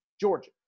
Georgia